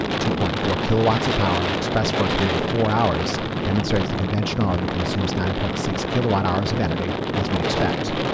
two point four kilowatts of power express for a period of four hours demonstrates the conventional and consumes nine point six kilowatt hours of energy as we'd expect.